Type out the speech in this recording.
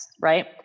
right